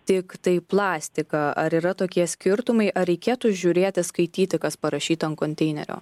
tiktai plastiką ar yra tokie skirtumai ar reikėtų žiūrėti skaityti kas parašyta ant konteinerio